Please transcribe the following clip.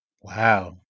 Wow